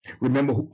Remember